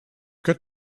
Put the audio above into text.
got